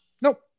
Nope